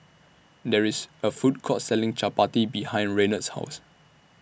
There IS A Food Court Selling Chapati behind Renard's House